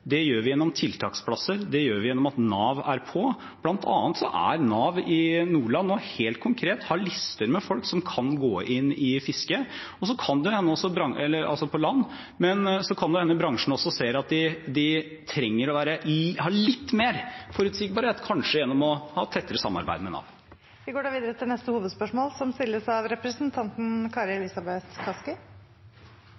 Det gjør vi gjennom tiltaksplasser, det gjør vi gjennom at Nav er på, bl.a. har Nav i Nordland nå helt konkret lister med folk som kan gå inn i fisket på land. Men så kan det hende bransjen også ser at de trenger å ha litt mer forutsigbarhet, kanskje gjennom å ha et tettere samarbeid med Nav. Vi går videre til neste hovedspørsmål. Mitt spørsmål går til finansministeren. I år har vi virkelig sett hvor mye velferden og fellesskapet betyr. Men en velferdsstat og et fellesskap som